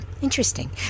interesting